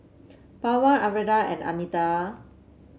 Pawan Arvind and Amitabh